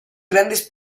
grandes